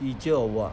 teacher or what